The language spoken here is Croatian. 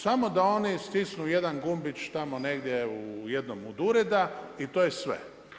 Samo da oni stisnu jedan gumbić tamo negdje u jednom od ureda i to je sve.